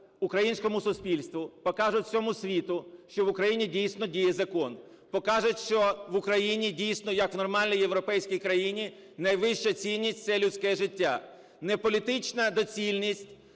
українському суспільству, покажуть усьому світу, що в Україні дійсно діє закон, покажуть, що в Україні дійсно як в нормальній європейській країні найвища цінність – це людське життя. Не політична доцільність,